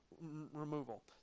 removal